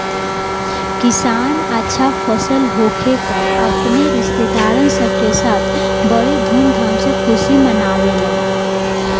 किसान अच्छा फसल होखे पर अपने रिस्तेदारन सब के साथ बड़ी धूमधाम से खुशी मनावेलन